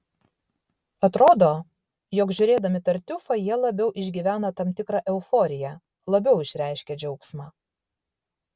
atrodo jog žiūrėdami tartiufą jie labiau išgyvena tam tikrą euforiją labiau išreiškia džiaugsmą